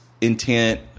Intent